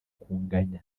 kunganya